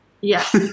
Yes